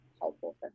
helpful